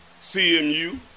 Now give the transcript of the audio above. CMU